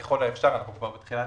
את תקציב